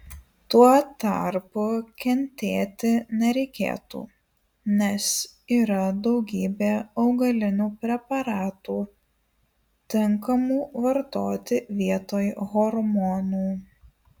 tuo tarpu kentėti nereikėtų nes yra daugybė augalinių preparatų tinkamų vartoti vietoj hormonų